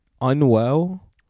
Unwell